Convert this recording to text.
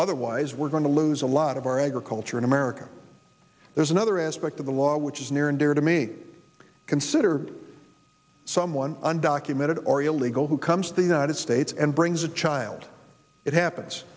otherwise we're going to lose a lot of our agriculture in america there's another aspect of the law which is near and dear to me consider someone undocumented or illegal who comes to the united states and brings a child it happens